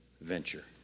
venture